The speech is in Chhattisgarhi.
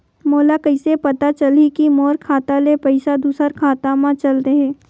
मोला कइसे पता चलही कि मोर खाता ले पईसा दूसरा खाता मा चल देहे?